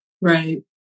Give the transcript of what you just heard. Right